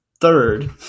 third